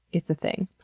it's a thing.